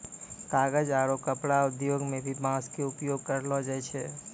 कागज आरो कपड़ा उद्योग मं भी बांस के उपयोग करलो जाय छै